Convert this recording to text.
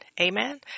Amen